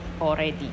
already